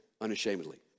unashamedly